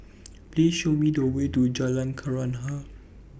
Please Show Me The Way to Jalan Kenarah